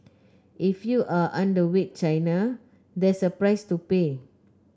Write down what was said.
if you are underweight China there's a price to pay